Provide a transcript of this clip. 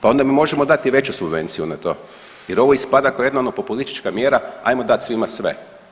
Pa onda mu možemo dati i veći subvenciju na to jer ovo ispada kao jedna ono populistička mjera, ajmo dati svima sve.